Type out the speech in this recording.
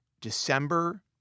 December